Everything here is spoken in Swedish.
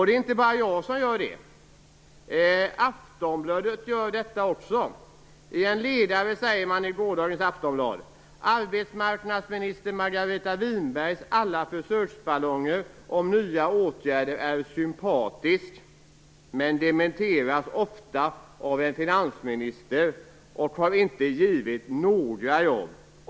Det är inte bara jag som tar mig för pannan, utan det gäller också Aftonbladet. I en ledare i gårdagens Aftonbladet säger man: "Arbetsmarknadsminister Margareta Winbergs alla 'försöksballonger' om nya åtgärder är sympatiska - men 'dementeras' oftast av finansministern och har inte givit några nya jobb."